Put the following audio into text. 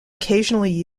occasionally